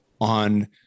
on